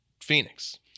Phoenix